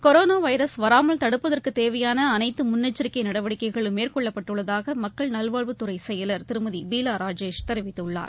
corona virus வராமல் தடுப்பதற்கு தேவையான அனைத்து முன்னெச்சரிக்கை நடவடிக்கைகளும் மேற்னொள்ளப்பட்டுள்ளதாக மக்கள் நல்வாழ்வுத்துறை செயலர் திருமதி பீலா ராஜேஷ் தெரிவித்துள்ளார்